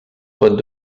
pot